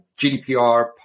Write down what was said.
GDPR